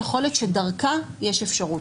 יכול להיות שדרכה יש אפשרות.